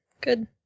Good